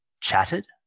chatted